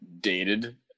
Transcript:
dated